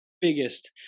biggest